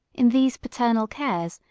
in these paternal cares,